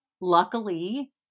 luckily